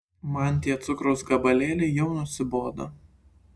man tie cukraus gabalėliai jau nusibodo